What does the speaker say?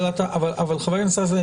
אבל חבר הכנסת סעדי,